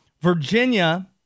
Virginia